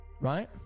right